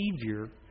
behavior